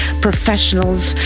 professionals